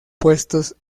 puestos